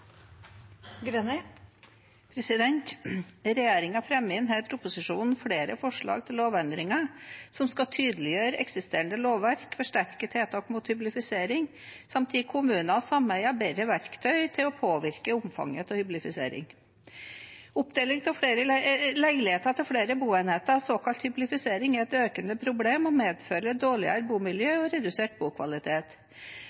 fremmer i denne proposisjonen flere forslag til lovendringer som skal tydeliggjøre eksisterende lovverk, forsterke tiltak mot hyblifisering samt gi kommuner og sameier bedre verktøy til å påvirke omfanget av hyblifisering. Oppdeling av leiligheter til flere boenheter, såkalt hyblifisering, er et økende problem og